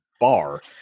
bar